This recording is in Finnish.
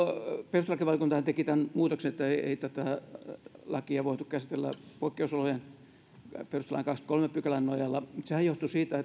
perustuslakivaliokuntahan teki tämän muutoksen että tätä lakia ei voitu käsitellä poikkeusolojen perustuslain kahdennenkymmenennenkolmannen pykälän nojalla sehän johtui siitä että